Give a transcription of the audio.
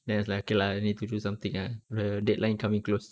then I was like okay lah I need to do something ah the deadline coming close